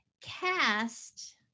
cast